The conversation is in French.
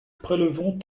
prélevons